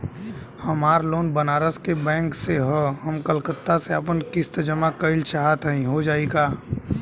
हमार लोन बनारस के बैंक से ह हम कलकत्ता से आपन किस्त जमा कइल चाहत हई हो जाई का?